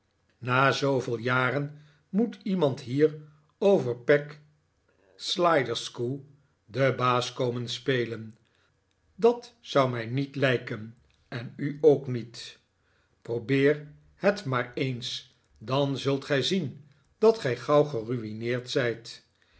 na zooveel jaren moet niemand hier over peg sliderskew den baas komen spelen dat zou mij niet lijken en u ook niet probeer het maar eens dan zult gij zien dat gij gauw geruineerd zijt